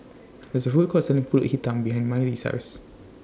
There IS A Food Court Selling Pulut Hitam behind Mylee's House